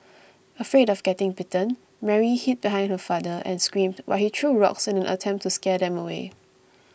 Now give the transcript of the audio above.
afraid of getting bitten Mary hid behind her father and screamed while he threw rocks in an attempt to scare them away